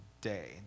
Day